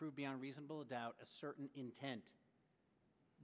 prove beyond reasonable doubt a certain intent